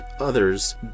others